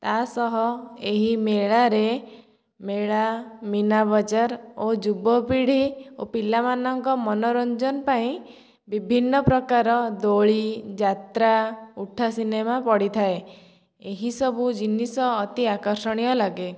ତା' ସହ ଏହି ମେଳାରେ ମେଳା ମୀନାବଜାର ଓ ଯୁବ ପିଢ଼ି ଓ ପିଲାମାନଙ୍କ ମନୋରଞ୍ଜନ ପାଇଁ ବିଭିନ୍ନ ପ୍ରକାରର ଦୋଳି ଯାତ୍ରା ଉଠା ସିନେମା ପଡ଼ିଥାଏ ଏହି ସବୁ ଜିନିଷ ଅତି ଆକର୍ଷଣୀୟ ଲାଗେ